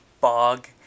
bog